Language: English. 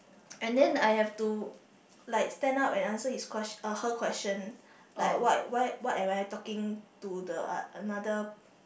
and then I have to like stand up and answer his question her question like what why am I talking to the another